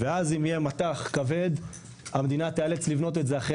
ואז אם יהיה מטח כבד המדינה תיאלץ לבנות את זה אחרי